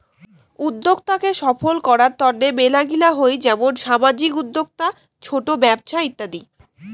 উদ্যোক্তা কে সফল করার তন্ন মেলাগিলা হই যেমন সামাজিক উদ্যোক্তা, ছোট ব্যপছা ইত্যাদি